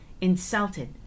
insulted